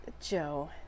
joe